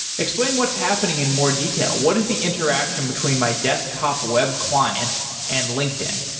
explain what's happening in more detail. what is the interaction between my desktop web client and linkedin?